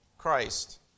Christ